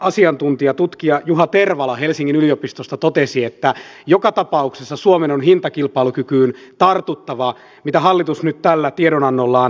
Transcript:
asiantuntija tutkija juha tervala helsingin yliopistosta totesi että joka tapauksessa suomen on hintakilpailukykyyn tartuttava mitä hallitus nyt tällä tiedonannollaan hakeekin